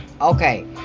Okay